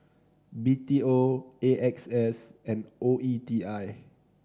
B T O A X S and O E T I